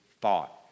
thought